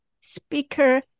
speaker